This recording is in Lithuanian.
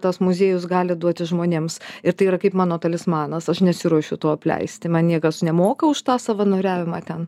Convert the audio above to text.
tas muziejus gali duoti žmonėms ir tai yra kaip mano talismanas aš nesiruošiu to apleisti man niekas nemoka už tą savanoriavimą ten